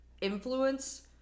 influence